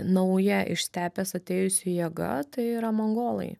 nauja iš stepės atėjusi jėga tai yra mongolai